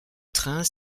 train